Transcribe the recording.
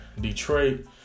Detroit